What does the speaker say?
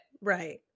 right